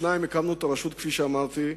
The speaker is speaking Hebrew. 2. כפי שאמרתי,